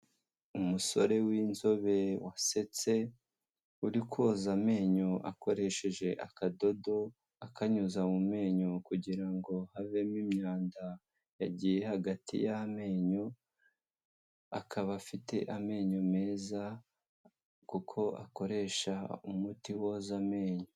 Umusore w'inzobe wasetse uri koza amenyo akoresheje akadodo akanyuza mu menyo kugira ngo havemo imyanda yagiye hagati y'amenyo, akaba afite amenyo meza kuko akoresha umuti woza amenyo.